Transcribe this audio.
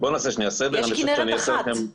יש כנרת אחת.